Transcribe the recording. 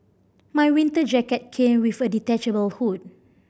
my winter jacket came with a detachable hood